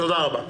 תודה רבה.